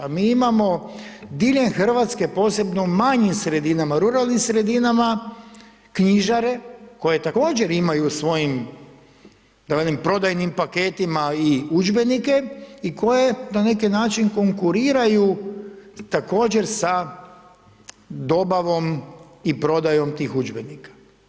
A mi imamo diljem Hrvatske posebno u manjim sredinama, u ruralnim sredinama knjižare koji također imaju u svojim da velim prodajnim paketima i udžbenike i koje na neki način konkuriraju također sa dobavom i prodajom tih udžbenika.